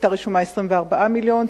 24 מיליון,